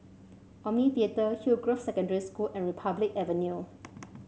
Omni Theatre Hillgrove Secondary School and Republic Avenue